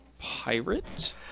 pirate